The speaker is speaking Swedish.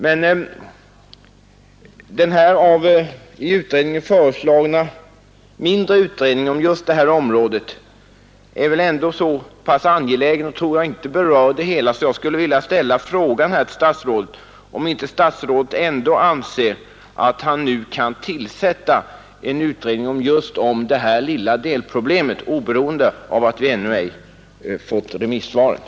Men den av utredningen föreslagna mindre utredningen om just det här området är väl ändå så pass angelägen och berör, tror jag, inte det hela, varför jag skulle vilja ställa frågan här till statsrådet, om inte statsrådet ändå anser att han nu kan tillsätta en utredning om just det här lilla delproblemet oberoende av att vi ännu ej fått remissvaren.